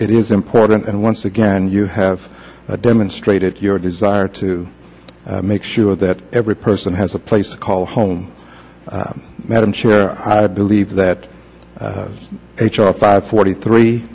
it is important and once again you have demonstrated your desire to make sure that every person has a place to call home madam chair i believe that h r five forty three